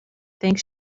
think